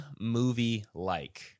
movie-like